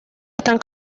están